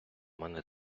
мене